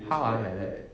how ah